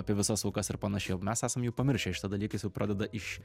apie visas aukas ir panašiai o mes esam jau pamiršę šitą dalyką jis jau pradeda iš